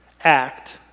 act